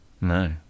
No